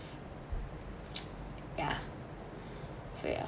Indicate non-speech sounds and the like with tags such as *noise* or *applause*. *noise* ya so ya